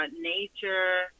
nature